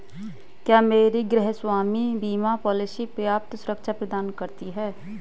क्या मेरी गृहस्वामी बीमा पॉलिसी पर्याप्त सुरक्षा प्रदान करती है?